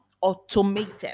automated